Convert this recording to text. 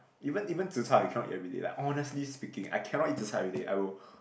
even even zi Char you cannot eat everyday like honestly speaking I cannot eat zi Char everyday I will